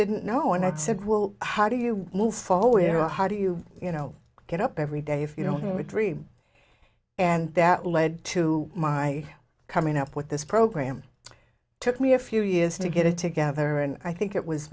didn't know and i'd said well how do you move forward you know how do you you know get up every day if you don't have a dream and that led to my coming up with this program took me a few years to get it together and i think it was